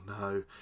no